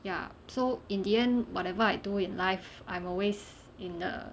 ya so in the end whatever I do in life I'm always in the